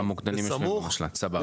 המוקדנים יושבים במשל"ט, סבבה.